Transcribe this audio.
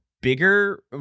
bigger